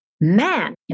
man